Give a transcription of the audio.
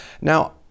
Now